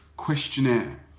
Questionnaire